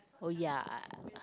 oh ya I I